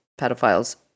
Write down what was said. pedophile's